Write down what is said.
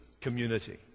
community